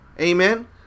Amen